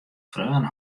freon